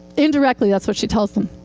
indirectly, that's what she tells them.